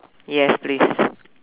yes please